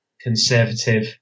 conservative